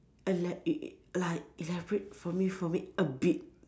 ela~ e~ like elaborate for me for me a bit